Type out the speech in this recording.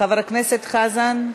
חבר הכנסת חזן,